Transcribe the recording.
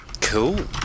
Cool